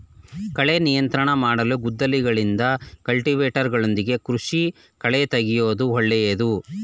ಕಳೆ ನಿಯಂತ್ರಣ ಮಾಡಲು ಗುದ್ದಲಿಗಳಿಂದ, ಕಲ್ಟಿವೇಟರ್ಗಳೊಂದಿಗೆ ಕೃಷಿ ಕಳೆತೆಗೆಯೂದು ಒಳ್ಳೇದು